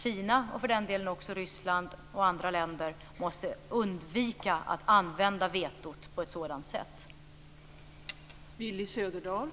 Kina, och för den delen också Ryssland och andra länder, måste undvika att använda vetot på ett sådant här sätt.